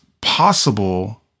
possible